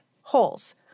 holes